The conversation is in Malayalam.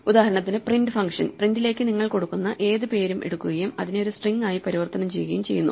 ഉദാഹരണത്തിന് പ്രിന്റ് ഫംഗ്ഷൻ പ്രിന്റ്റിലേക്ക് നിങ്ങൾ കൊടുക്കുന്ന ഏത് പേരും എടുക്കുകയും അതിനെ ഒരു സ്ട്രിംഗ് ആയി പരിവർത്തനം ചെയ്യുകയും ചെയ്യുന്നു